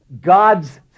God's